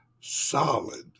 solid